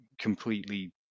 completely